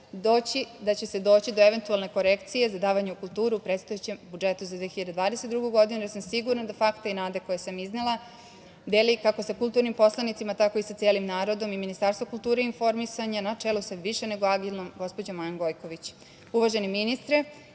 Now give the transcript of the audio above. i Vlade, doći do eventualne korekcije za davanje u kulturu predstojećem budžetu za 2022. godinu, jer sam sigurna da fakte i nade koje sam iznela deli kako sa kulturnim poslanicima tako i sa celim narodom i Ministarstvo kulture i informisanja, na čelu sa više nego agilnom gospođom Majom Gojković. Uvaženi ministre,